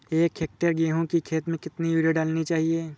एक हेक्टेयर गेहूँ की खेत में कितनी यूरिया डालनी चाहिए?